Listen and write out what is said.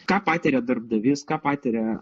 ką patiria darbdavys ką patiria